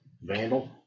Vandal